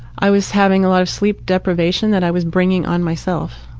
i was having a lot of sleep deprivation that i was bringing on myself.